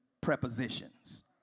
prepositions